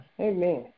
amen